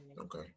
okay